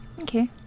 Okay